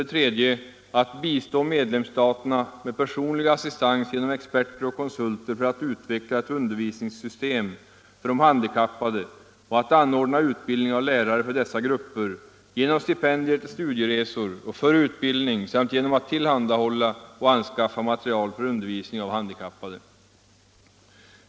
3. Att bistå medlemsstaterna med personlig assistans genom experter och konsulter för att utveckla ett undervisningssystem för de handikappade och att anordna utbildning av lärare för dessa grupper, genom stipendier till studieresor och för utbildning samt genom att tillhandahålla och anskaffa material för undervisning av handikappade.